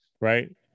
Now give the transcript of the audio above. Right